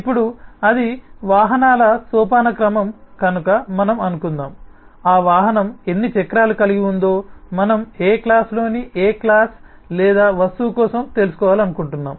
ఇప్పుడు అది వాహనాల సోపానక్రమం కనుక మనం అనుకుందాం ఆ వాహనం ఎన్ని చక్రాలు కలిగి ఉందో మనం ఏక్లాస్ లోని ఏ క్లాస్ లేదా వస్తువు కోసం తెలుసుకోవాలనుకుంటున్నాము